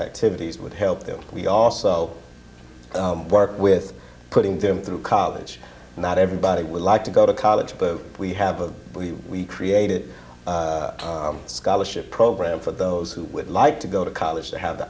activities would help them we also work with putting them through college and that everybody would like to go to college but we have a we created a scholarship program for those who would like to go to college have the